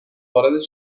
وارد